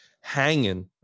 hanging